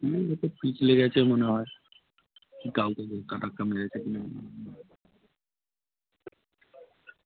হুম ও তো পিছলে গেছে মনে হয় কাউকে ধাক্কা টাক্কা মেরেছে কিনা